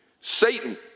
Satan